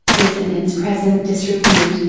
is in its present disrepute,